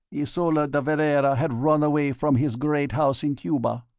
ysola de valera had run away from his great house in cuba.